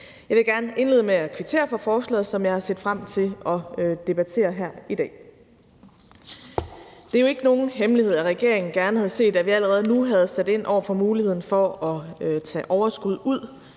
Jeg vil gerne indlede med at kvittere for forslaget, som jeg har set frem til at debattere her i dag. Det er jo ikke nogen hemmelighed, at regeringen gerne havde set, at vi allerede nu havde sat ind over for muligheden for at tage overskud ud